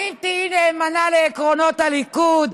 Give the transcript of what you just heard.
האם תהיי נאמנה לעקרונות הליכוד?